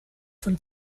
von